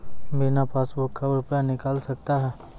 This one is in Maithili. बिना पासबुक का रुपये निकल सकता हैं?